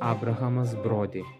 abrahamas brodi